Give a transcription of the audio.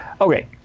Okay